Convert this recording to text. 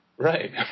Right